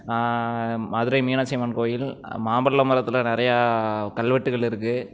மதுரை மீனாட்சி அம்மன் கோயில் மாமல்லபுரத்தில் நிறையா கல்வெட்டுகள் இருக்குது